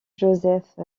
joseph